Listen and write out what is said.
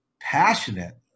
passionate